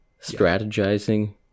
strategizing